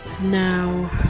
now